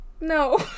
No